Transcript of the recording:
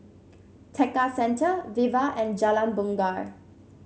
Tekka Centre Viva and Jalan Bungar